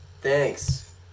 Thanks